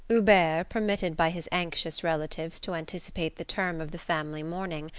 hubert, permitted by his anxious relatives to anticipate the term of the family mourning,